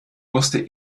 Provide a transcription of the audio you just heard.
musste